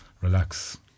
relax